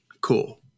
Cool